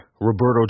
Roberto